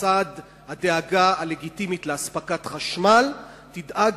ובצד הדאגה הלגיטימית לאספקת חשמל תדאג